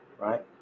right